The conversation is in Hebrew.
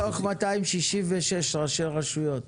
מתוך 266 ראשי רשויות.